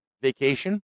vacation